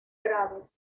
graves